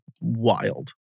wild